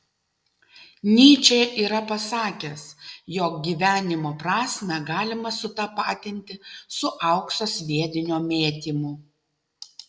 nyčė yra pasakęs jog gyvenimo prasmę galima sutapatinti su aukso sviedinio mėtymu